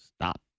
stop